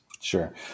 Sure